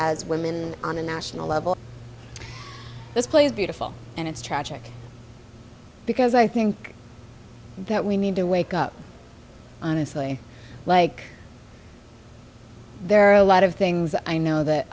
as women on a national level this plays beautiful and it's tragic because i think that we need to wake up honestly like there are a lot of things i know that